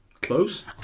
Close